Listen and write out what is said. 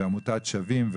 עמותת "שווים".